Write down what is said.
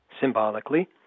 symbolically